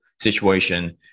situation